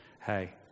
hey